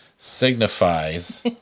signifies